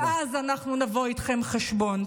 ואז אנחנו נבוא איתכם חשבון.